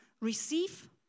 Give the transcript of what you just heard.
receive